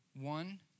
One